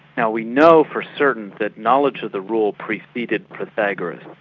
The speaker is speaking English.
now we know for certain that knowledge of the rule preceded pythagoras.